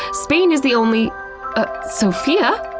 spain is the only ah, sophia?